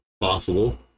Possible